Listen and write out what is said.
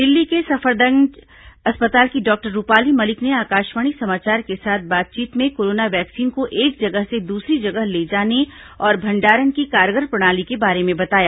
दिल्ली के सफदरगंज अस्पताल की डॉक्टर रूपाली मलिक ने आकाशवाणी समाचार के साथ बातचीत में कोरोना वैक्सीन को एक जगह से द्रसरी जगह ले जाने और भंडारण की कारगर प्रणाली के बारे में बताया